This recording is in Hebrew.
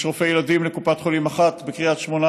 יש רופאי ילדים של קופת חולים אחת בקריית שמונה,